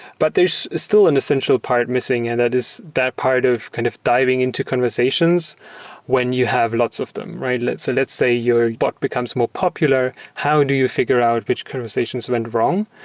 but there's still an essential part missing, and that is that part of kind of diving into conversations when you have lots of them, right? let's ah let's say your bot becomes more popular. how do you figure out which conversations went wrong?